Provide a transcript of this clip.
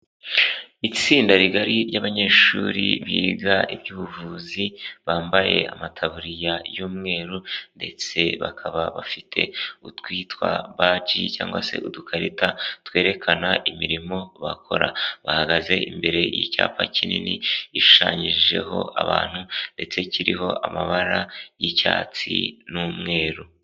Itsinda rigari ry'abanyeshuri biga iby'ubuvuzi, bambaye amatabuririya y'umweru ndetse bakaba bafite utwitwa baji cyangwag se udukarita twerekana imirimo bakora, bahagaze imbere y'icyapa kinini gishushanyijeho abantu ndetse kiriho amabara y'icyatsi n'umweru.